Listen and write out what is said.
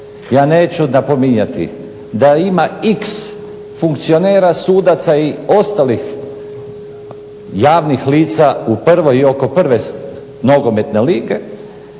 Ja neću napominjati da ima iks funkcionera sudaca i ostalih javnih lica u prvoj i oko prve nogometne lige,